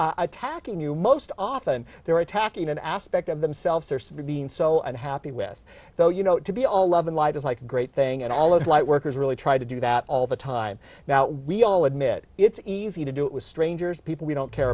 attacking you most often they're attacking an aspect of themselves their so being so unhappy with the you know to be all loving life is like a great thing and all those light workers really try to do that all the time now we all admit it's easy to do it with strangers people we don't care